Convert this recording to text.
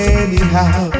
anyhow